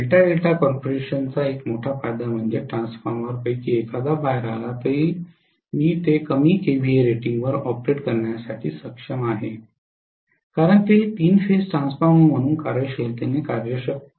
delta delta कॉन्फिगरेशनचा एक मोठा फायदा म्हणजे ट्रान्सफॉर्मर्सपैकी एखादा बाहेर आला तरी मी ते कमी केव्हीए रेटिंगवर ऑपरेट करण्यास सक्षम असावे कारण ते तीन फेज ट्रान्सफॉर्मर म्हणून कार्यशीलतेने कार्य करू शकते